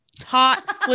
hot